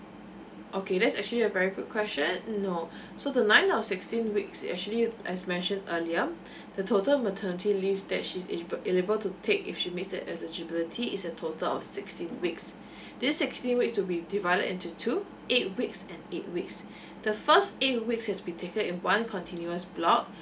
okay that's actually a very good question no so the ninth to sixteen week is actually as mentioned earlier the total maternity leave that she's able eligible to take if she meets the eligibility is a total of sixteen weeks this actually wait to be divided into two eight weeks and eight weeks the first eight weeks has to be taken in one continuous block